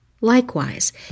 Likewise